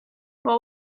what